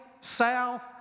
south